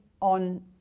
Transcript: on